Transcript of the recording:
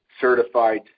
certified